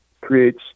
creates